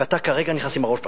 ואתה כרגע נכנס עם הראש בקיר.